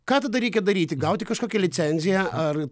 ką tada reikia daryti gauti kažkokią licenziją ar